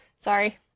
Sorry